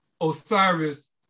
Osiris